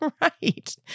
right